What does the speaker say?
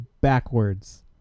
backwards